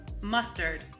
mustard